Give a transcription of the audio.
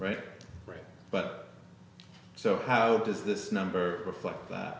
right but so how does this number reflect that